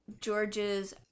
George's